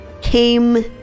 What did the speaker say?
came